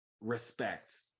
respect